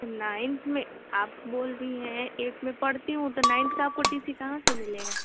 ninth में आप बोल रही हैं एट्थ में पढ़ती हूँ तो नाइन्थ का आप को टी सी कहाँ से मिलेगा